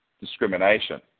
discrimination